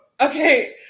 Okay